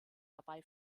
dabei